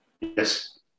Yes